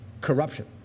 Corruption